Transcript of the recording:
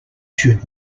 should